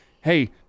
Hey